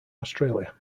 australia